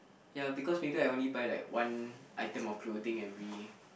ya because maybe I only buy like one item of clothing every